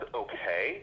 okay